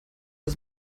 ist